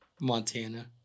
montana